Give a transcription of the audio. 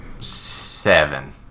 seven